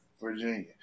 Virginia